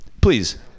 please